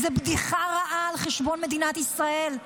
זאת בדיחה רעה על חשבון מדינת ישראל,